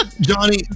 Johnny